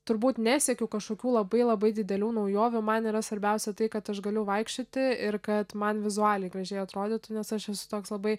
turbūt nesekiau kažkokių labai labai didelių naujovių man yra svarbiausia tai kad aš galiu vaikščioti ir kad man vizualiai gražiai atrodytų nes aš esu toks labai